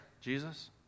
Jesus